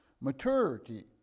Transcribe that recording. maturity